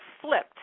flipped